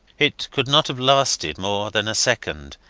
it could not have lasted more than a second,